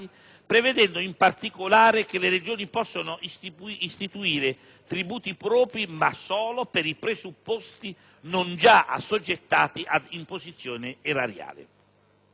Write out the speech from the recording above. prevedendo, in particolare, che le Regioni possano istituire tributi propri ma solo per i presupposti non già assoggettati a imposizione erariale.